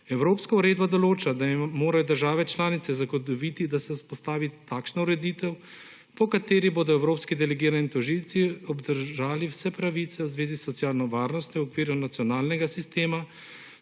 Evropska uredba določa, da morajo države članice zagotoviti, da se vzpostavi takšna ureditev, po kateri bodo evropski delegirani tožilci obdržali vse pravice v zvezi s socialno varnostjo v okviru nacionalnega sistema,